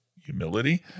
humility